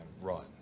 run